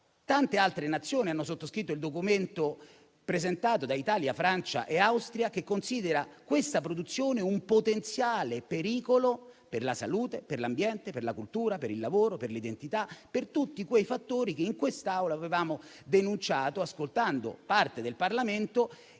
tante altre nazioni hanno sottoscritto il documento presentato da Italia, Francia e Austria, che considera questa produzione un potenziale pericolo per la salute, per l'ambiente, per la cultura, per il lavoro, per l'identità, per tutti quei fattori che, in quest'Aula, avevamo denunciato, ascoltando parte del Parlamento